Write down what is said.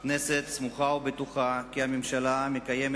הכנסת סמוכה ובטוחה כי הממשלה מקיימת